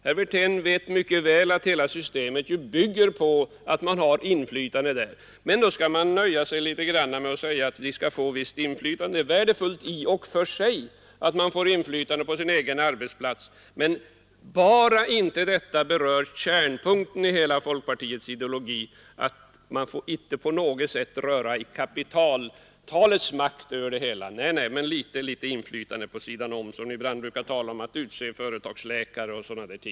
Herr Wirtén vet mycket väl att hela systemet bygger på att man har inflytande där. Men enligt herr Wirtén skall man nöja sig med att säga att de anställda skall få visst inflytande. Det är i och för sig värdefullt att man har inflytande på sin egen arbetsplats — bara det inte berör kärnpunkten i folkpartiets hela ideologi, att man inte på något sätt får röra vid kapitalets makt över det hela. Det skall vara litet, litet inflytande på sidan om — ni brukar ibland tala om inflytande när det gäller att utse företagsläkare och sådant.